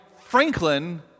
Franklin